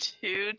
two